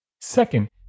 Second